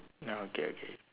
no okay okay